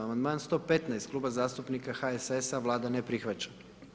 Amandman 115, kluba zastupnika HSS-a, Vlada ne prihvaća.